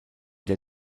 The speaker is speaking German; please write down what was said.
der